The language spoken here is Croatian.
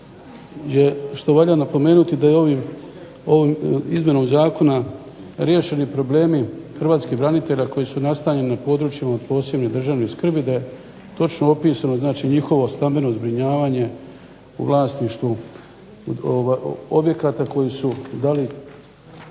što valja napomenuti da je ovom izmjenom zakona riješeni problemi hrvatskih branitelja koji su nastanjeni na područjima od posebne državne skrbi, da je točno opisano znači njihovo stambeno zbrinjavanje u vlasništvu objekata koji su da li